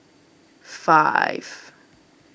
five